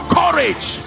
courage